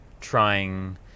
trying